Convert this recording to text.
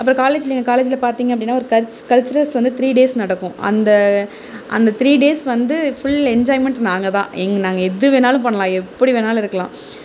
அப்பறம் காலேஜில் என் காலேஜில் பார்த்திங்க அப்படின்னா ஒரு கல்சுரல்ஸ் வந்து த்ரீ டேஸ் நடக்கும் அந்த அந்த த்ரீ டேஸ் வந்து ஃபுல் என்ஜாய்மென்ட் நாங்கள்தான் எங்க நாங்கள் எது வேணாலும் பண்ணலாம் எப்படி வேணாலும் இருக்கலாம்